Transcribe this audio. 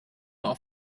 auf